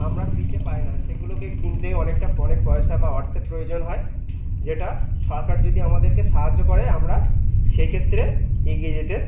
আমরা ফ্রিতে পাই না সেগুলোকে কিনতে অনেকটা অনেক পয়সা বা অর্থের প্রয়োজন হয় যেটা সরকার যদি আমাদেরকে সাহায্য করে আমরা সেইক্ষেত্রে এগিয়ে যেতে